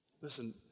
Listen